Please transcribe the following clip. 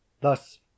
Thus